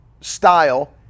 style